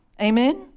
amen